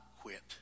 quit